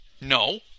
No